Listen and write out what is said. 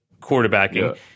quarterbacking